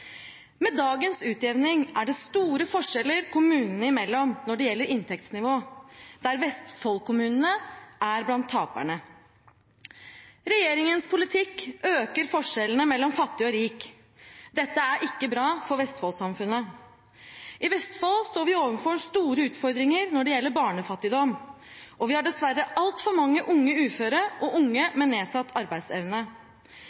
Med dagens utjevning er det store forskjeller kommunene imellom når det gjelder inntektsnivå, der Vestfold-kommunene er blant taperne. Regjeringens politikk øker forskjellene mellom fattig og rik. Det er ikke bra for Vestfold-samfunnet. I Vestfold står vi overfor store utfordringer når det gjelder barnefattigdom, og vi har dessverre altfor mange unge uføre og unge